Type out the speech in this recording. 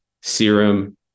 serum